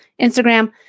Instagram